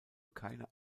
keine